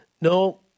no